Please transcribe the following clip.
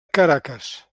caracas